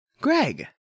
greg